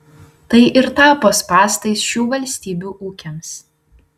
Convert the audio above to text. tai ir tapo spąstais šių valstybių ūkiams